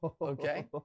Okay